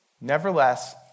Nevertheless